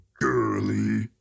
girly